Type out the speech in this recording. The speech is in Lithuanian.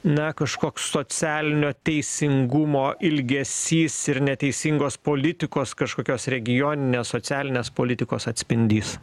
na kažkoks socialinio teisingumo ilgesys ir neteisingos politikos kažkokios regioninės socialinės politikos atspindys